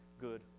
good